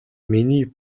миний